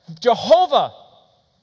Jehovah